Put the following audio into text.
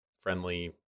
friendly